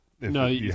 No